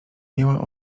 miała